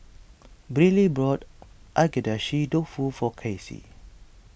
Briley bought Agedashi Dofu for Kasie